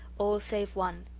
all save one.